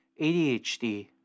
ADHD